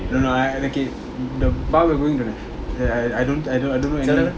no no I okay the bar we are going to I don't I don't I don't know anything